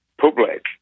public